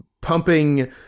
pumping